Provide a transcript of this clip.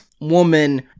woman